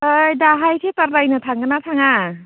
ओइ दाहाय थियाटार नायनो थांगोन ना थाङा